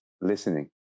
listening